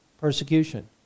persecution